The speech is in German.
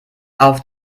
auf